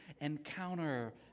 encounter